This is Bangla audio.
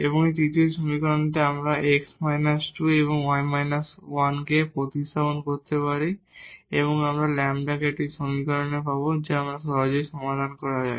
এবং তৃতীয় সমীকরণ থেকে এখন আমরা এই x − 2 এবং কে এখানে প্রতিস্থাপন করতে পারি এবং আমরা λ তে একটি সমীকরণ পাব যা সহজেই সমাধান করা যায়